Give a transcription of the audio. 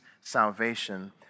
salvation